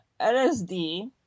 LSD